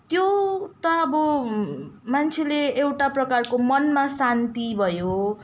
त्यो त अब मान्छेले एउटा प्रकारको मनमा शान्ति भयो